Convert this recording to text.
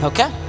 Okay